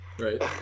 Right